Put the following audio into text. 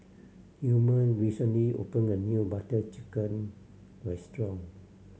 Gilmer recently opened a new Butter Chicken restaurant